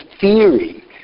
theory